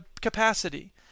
capacity